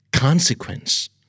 Consequence